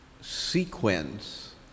sequence